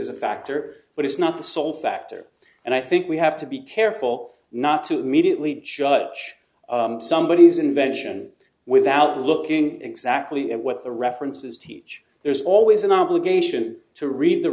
as a factor but it's not the sole factor and i think we have to be careful not to immediately judge somebody as an invention without looking exactly at what the references teach there's always an obligation to read the